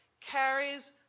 carries